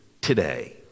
today